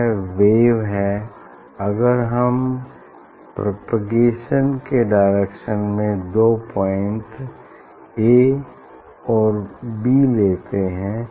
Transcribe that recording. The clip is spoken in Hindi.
यह वेव है अगर हम प्रोपोगेशन के डायरेक्शन में दो पॉइंट ए और बी लेते हैं